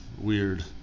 weird